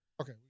Okay